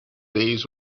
days